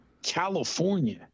California